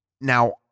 now